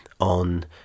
on